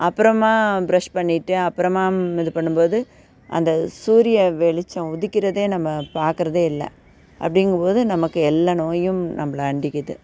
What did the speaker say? அப்புறமா பிரெஷ் பண்ணிவிட்டு அப்புறமா இது பண்ணும் போது அந்த சூரிய வெளிச்சம் உதிக்கிறதே நம்ம பார்க்குறதே இல்லை அப்படிங்கும் போது நமக்கு எல்லா நோயும் நம்மள அண்டிக்குது